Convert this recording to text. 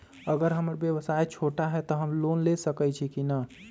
अगर हमर व्यवसाय छोटा है त हम लोन ले सकईछी की न?